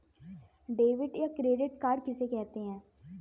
Debit या credit card किसे कहते हैं?